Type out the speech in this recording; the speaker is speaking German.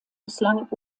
bislang